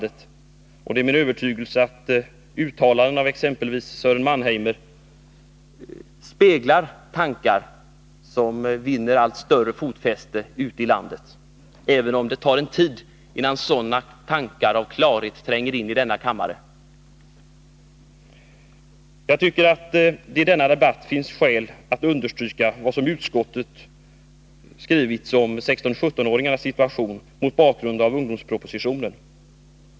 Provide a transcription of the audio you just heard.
Det är min 3 Riksdagens protokoll 1981/82:25-28 övertygelse att uttalanden av exempelvis Sören Mannheimer speglar tankar som vinner allt större fotfäste ute i landet, även om det tar tid innan sådana tankar av klarhet tränger in i denna kammare. Jag tycker att det i denna debatt finns skäl att understryka vad som skrivits i utskottets betänkande om 16-17-åringarnas situation mot bakgrund av ungdomspropositionen.